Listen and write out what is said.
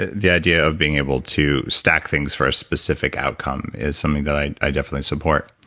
ah the idea of being able to stack things for a specific outcome is something that i i definitely support,